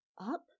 Up